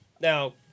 Now